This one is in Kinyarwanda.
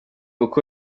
uko